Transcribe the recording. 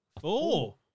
Four